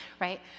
right